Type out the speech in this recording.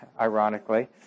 ironically